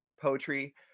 poetry